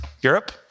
Europe